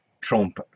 Trump